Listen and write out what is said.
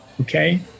Okay